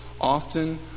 Often